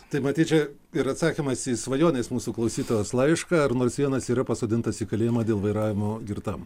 tai matyt čia ir atsakymas į svajonės mūsų klausytojos laišką ar nors vienas yra pasodintas į kalėjimą dėl vairavimo girtam